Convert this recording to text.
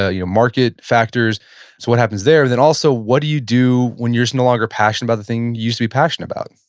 ah your market factors. so what happens there? and then also, what do you do when you're just no longer passionate about the thing you used to be passionate about?